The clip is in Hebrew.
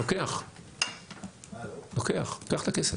לוקח את הכסף.